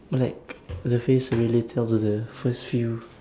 or like the face really tell us the first few